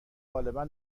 غالبا